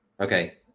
Okay